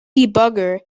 debugger